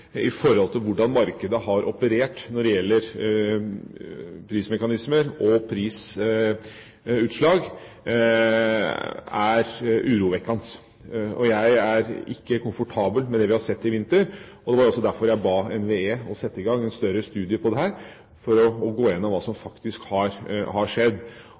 når det gjelder hvordan markedet har operert når det gjelder prismekanismer og prisutslag, er urovekkende. Jeg er ikke komfortabel med det vi har sett i vinter. Det var også derfor jeg ba NVE sette i gang en større studie på dette, for å gå gjennom hva som faktisk har skjedd.